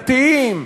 דתיים,